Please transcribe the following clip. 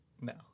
No